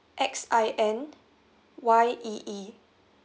X I N Y E E